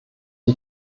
die